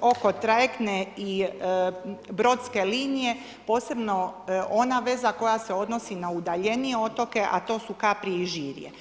oko trajektne i brodske linije posebno ona veza koja se odnosi na udaljenije otoke a to su Kapri i Žirje.